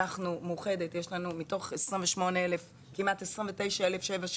לנו במאוחדת יש מתוך 28,000 כמעט 29,000 77